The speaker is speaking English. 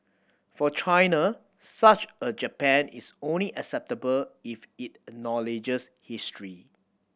for China such a Japan is only acceptable if it acknowledges history